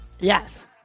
Yes